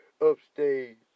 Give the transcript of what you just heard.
Upstage